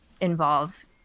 involve